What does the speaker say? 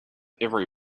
every